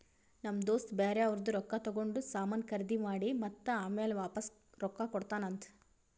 ನಮ್ ದೋಸ್ತ ಬ್ಯಾರೆ ಅವ್ರದ್ ರೊಕ್ಕಾ ತಗೊಂಡ್ ಸಾಮಾನ್ ಖರ್ದಿ ಮಾಡಿ ಮತ್ತ ಆಮ್ಯಾಲ ವಾಪಾಸ್ ರೊಕ್ಕಾ ಕೊಡ್ತಾನ್ ಅಂತ್